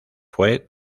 fue